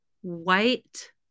white